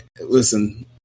listen